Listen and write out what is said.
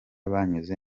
banyuze